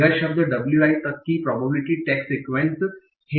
यह शब्द wi तक की प्रोबेबिलिटी टैग सीक्वेंस है